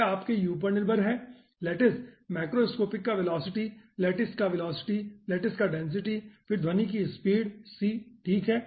यह आपके u पर निर्भर है लैटिस माक्रोस्कोपिक का वेलोसिटी लैटिस का वेलोसिटी लैटिस का डेंसिटी और फिर ध्वनि की स्पीड c ठीक है